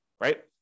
right